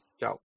Ciao